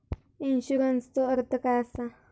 इन्शुरन्सचो अर्थ काय असा?